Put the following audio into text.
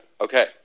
okay